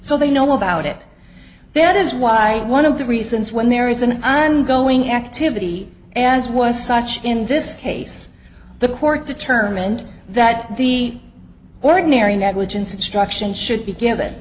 so they know about it then it is why one of the reasons when there is an ongoing activity as was such in this case the court determined that the ordinary negligence obstruction should be given